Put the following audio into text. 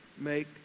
make